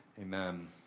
Amen